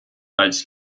als